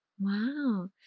Wow